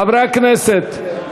חברי הכנסת,